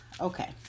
Okay